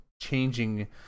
changing